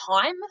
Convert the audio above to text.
time